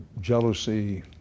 jealousy